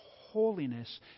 holiness